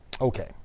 Okay